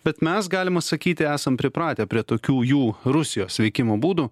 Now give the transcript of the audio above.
bet mes galima sakyti esam pripratę prie tokių jų rusijos veikimo būdų